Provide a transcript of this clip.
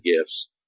gifts